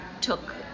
took